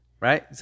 Right